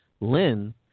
Lynn